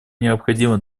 необходимо